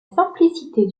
simplicité